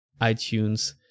itunes